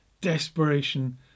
desperation